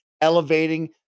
elevating